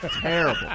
terrible